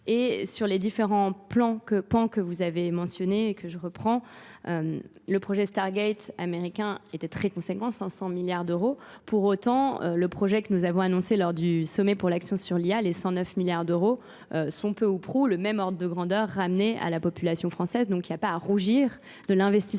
Et sur les différents pans que vous avez mentionnés et que je reprends, le projet Stargate américain était très conséquent, 500 milliards d'euros. Pour autant, le projet que nous avons annoncé lors du sommet pour l'action sur l'IA, les 109 milliards d'euros sont peu ou prou, le même ordre de grandeur ramené à la population française, donc il n'y a pas à rougir il n'y a pas